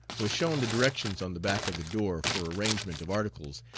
was shown the directions on the back of the door for arrangement of articles,